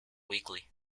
weekly